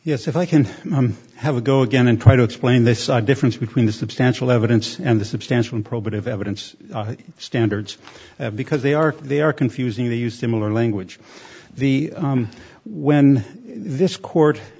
yes if i can have a go again and try to explain this a difference between the substantial evidence and the substantial probative evidence standards because they are they are confusing they used the miller language the when this court